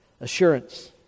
assurance